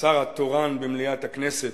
השר התורן במליאת הכנסת,